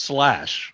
Slash